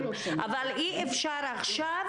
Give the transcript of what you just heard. אבל אי אפשר עכשיו.